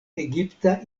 egipta